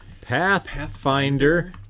pathfinder